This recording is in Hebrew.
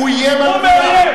הוא מאיים.